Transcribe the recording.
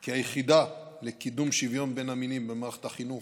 כי היחידה לקידום שוויון בין המינים במערכת החינוך,